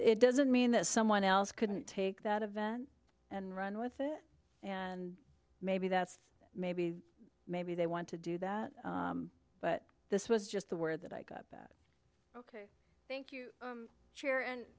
doesn't mean that someone else couldn't take that event and run with it and maybe that's maybe maybe they want to do that but this was just the word that i got that thank you share and